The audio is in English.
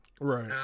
right